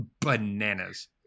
bananas